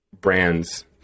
brands